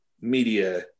media